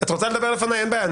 אין בעיה.